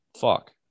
fuck